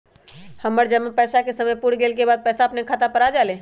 हमर जमा पैसा के समय पुर गेल के बाद पैसा अपने खाता पर आ जाले?